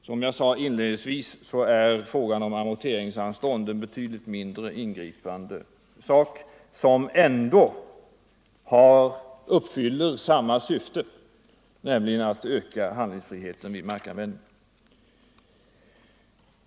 Som jag sade inledningsvis är frågan om amorteringsanstånd en betydligt mindre ingripande åtgärd, som ändå fyller samma syfte, nämligen att öka handlingsfriheten vid markanvändningen.